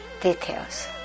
details